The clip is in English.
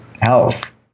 health